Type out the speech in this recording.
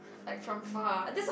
like from far